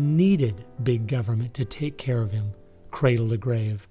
needed big government to take care of you cradle to grave